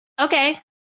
Okay